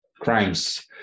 crimes